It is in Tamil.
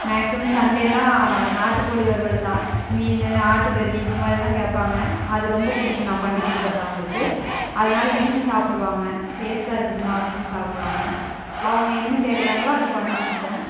மேக்ஸிமம் சண்டேனால் நாட்டுக்கோழி வறுவல் தான் மீன் ஆட்டுக்கறி இதை மாதிரி தான் கேட்பாங்க அது ரொம்ப பிடிக்கும் நான் பண்ணிக் கொடுக்கறது அவங்களுக்கு அதனால விரும்பி சாப்பிடுவாங்க டேஸ்ட்டாக இருக்குதுமா அப்படின் சாப்பிடுவாங்க அவங்க என்ன கேட்கறாங்களோ அதை பண்ணிக் கொடுப்பேன்